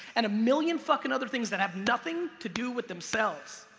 and a million fucking other things that have nothing to do with themselves.